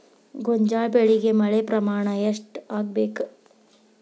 ಗೋಂಜಾಳ ಬೆಳಿಗೆ ಮಳೆ ಪ್ರಮಾಣ ಎಷ್ಟ್ ಆಗ್ಬೇಕ?